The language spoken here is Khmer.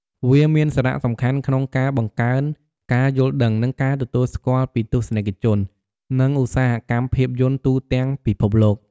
វាមានសារៈសំខាន់ក្នុងការបង្កើនការយល់ដឹង និងការទទួលស្គាល់ពីទស្សនិកជន និងឧស្សាហកម្មភាពយន្តទូទាំងពិភពលោក។